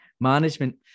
management